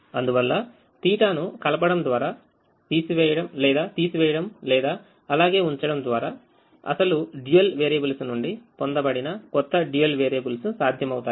అందువల్ల θ ను కలపడంలేదా తీసివేయడం లేదా అలాగే ఉంచడం ద్వారాఅసలు dual వేరియబుల్స్ నుండి పొందబడిన కొత్తdual వేరియబుల్స్సాధ్యమవుతాయి